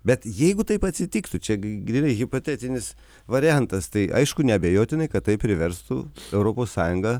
bet jeigu taip atsitiktų čia grynai hipotetinis variantas tai aišku neabejotinai kad tai priverstų europos sąjungą